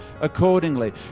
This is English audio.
accordingly